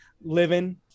living